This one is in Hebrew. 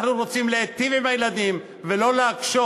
אנחנו רוצים להיטיב עם הילדים ולא להקשות.